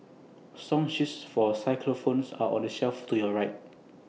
song sheets for are on the shelf to your right